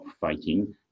fighting